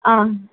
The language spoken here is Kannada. ಆಂ